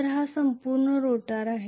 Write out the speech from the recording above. तर हा संपूर्ण रोटर आहे